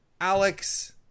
Alex